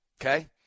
Okay